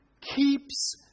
keeps